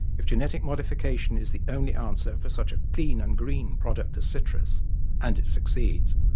if genetic modification is the only answer for such a clean and green product as citrus and it succeeds,